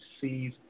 sees